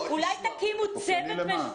אופייני למה?